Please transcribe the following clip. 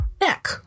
neck